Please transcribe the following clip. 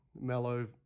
mellow